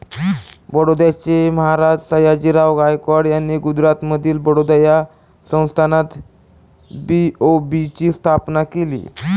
बडोद्याचे महाराज सयाजीराव गायकवाड यांनी गुजरातमधील बडोदा या संस्थानात बी.ओ.बी ची स्थापना केली